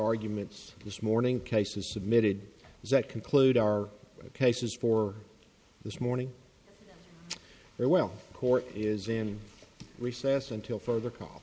arguments this morning cases submitted that conclude our cases for this morning well court is in recess until further call